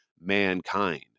mankind